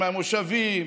מהמושבים,